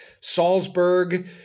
Salzburg